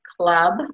club